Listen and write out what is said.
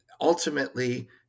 ultimately